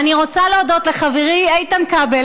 ואני רוצה להודות לחברי איתן כבל.